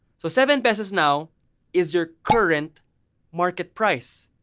so, seven pesos now is your current market price.